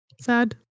Sad